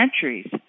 centuries